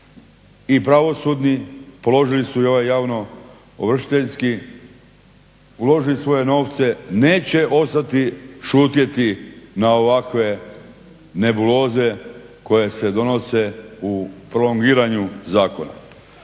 i pravosudni, položili su i ovaj javno ovršiteljski, uložili svoje novce, neće ostati šutjeti na ovakve nebuloze koje se donose u prolongiranju zakona.